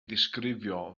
ddisgrifio